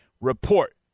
report